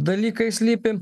dalykai slypi